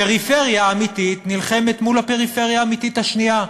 הפריפריה האמיתית נלחמת מול הפריפריה האמיתית השנייה,